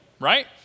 right